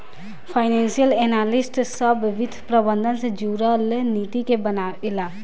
financial analyst सभ वित्त प्रबंधन से जुरल नीति के बनावे ला